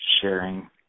sharing